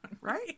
right